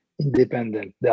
independent